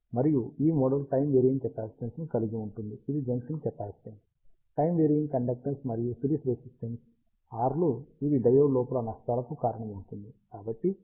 మరియు ఈ model time varying కెపాసిటెన్స్ను కలిగి ఉంటుంది ఇది junction capacitance time varying conductance మరియు సిరీస్ రెసిస్టెన్స్ Rలు ఇవి డయోడ్ లోపల నష్టాలకు కారణమవుతుంది